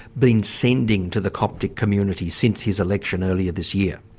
been sending to the coptic community since his election earlier this year?